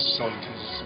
soldiers